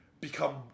Become